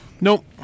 Nope